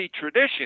tradition